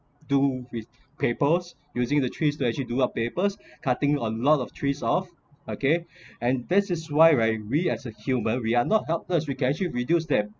do with papers using the tree to actually do up paper cutting a lot of trees off okay and this is why we as a human we are not helpless we can actually reduce that